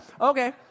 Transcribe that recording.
okay